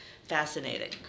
fascinating